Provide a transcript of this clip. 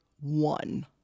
one